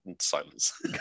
silence